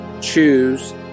choose